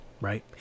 right